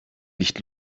nicht